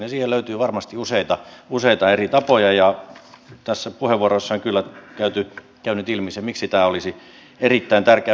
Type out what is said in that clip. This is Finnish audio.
siihen löytyy varmasti useita eri tapoja ja tässä puheenvuorossani kyllä käy nyt ilmi se miksi tämä olisi erittäin tärkeää